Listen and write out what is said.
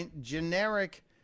generic